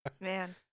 Man